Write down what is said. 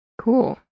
Cool